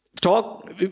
talk